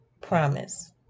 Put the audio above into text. promise